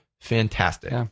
fantastic